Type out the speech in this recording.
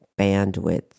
bandwidth